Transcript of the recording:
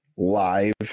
live